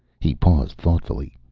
he paused thoughtfully.